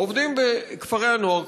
העובדים בכפרי-הנוער,